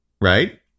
right